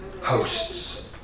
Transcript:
hosts